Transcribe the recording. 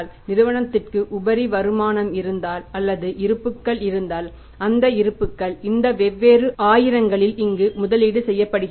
நிறுவனத்திற்கு உபரி வருமானம் இருந்தால் அல்லது இருப்புக்கள் இருந்தால் அந்த இருப்புக்கள் இந்த வெவ்வேறு ஆயிரங்களில் இங்கு முதலீடு செய்யப்படுகின்றன